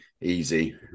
easy